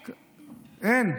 אין.